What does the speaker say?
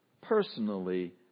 personally